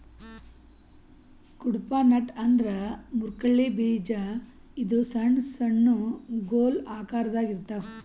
Cuddapah nut ಅಂದ್ರ ಮುರ್ಕಳ್ಳಿ ಬೀಜ ಇದು ಸಣ್ಣ್ ಸಣ್ಣು ಗೊಲ್ ಆಕರದಾಗ್ ಇರ್ತವ್